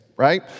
right